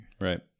Right